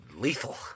Lethal